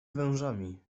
wężami